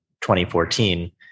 2014